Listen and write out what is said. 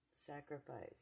sacrifice